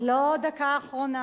דקה אחרונה.